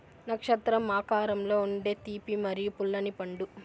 నక్షత్రం ఆకారంలో ఉండే తీపి మరియు పుల్లని పండు